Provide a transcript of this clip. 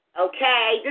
okay